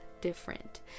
different